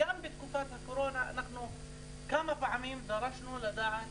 גם בתקופת הקורונה אנחנו כמה פעמים דרשנו לדעת